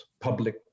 public